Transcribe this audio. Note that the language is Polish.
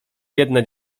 biedne